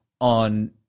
on